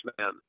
man